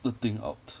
the thing out